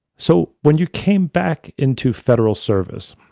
so, when you came back into federal service,